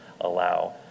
allow